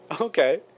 Okay